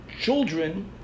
children